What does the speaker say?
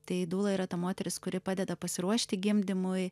tai dūla yra ta moteris kuri padeda pasiruošti gimdymui